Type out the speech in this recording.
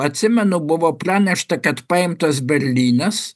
atsimenu buvo pranešta kad paimtas berlynas